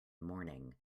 morning